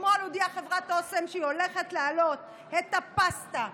אתמול הודיעה חברת אסם שהיא הולכת להעלות את מחיר הפסטה,